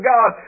God